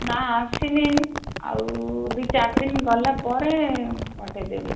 ନା ଆସିନି ଆଉ ଦୁଇ ଚାରି ଦିନ ଗଲା ପରେ ପଠେଇଦେବି